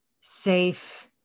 safe